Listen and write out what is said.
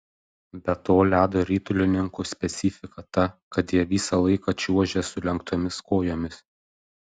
be to ledo ritulininkų specifika ta kad jie visą laiką čiuožia sulenktomis kojomis